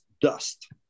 dust